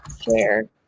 share